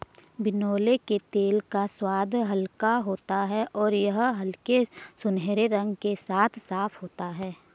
बिनौले के तेल का स्वाद हल्का होता है और यह हल्के सुनहरे रंग के साथ साफ होता है